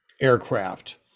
aircraft